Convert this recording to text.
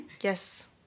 yes